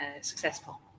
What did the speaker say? successful